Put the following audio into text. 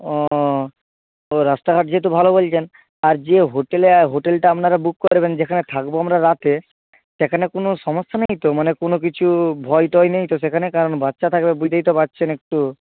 ও তো রাস্তাঘাট যেহেতু ভালো বলছেন আর যে হোটেলে হোটেলটা আপনারা বুক করবেন যেখানে থাকবো আমরা রাতে সেখানে কোনো সমস্যা নেই তো মানে কোনো কিছু ভয় টয় নেই তো সেখানে কারণ বাচ্চা থাকবে বুঝতেই তো পারছেন একটু